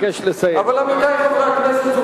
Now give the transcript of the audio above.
עמיתי חברי הכנסת,